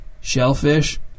Shellfish